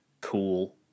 cool